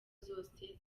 zose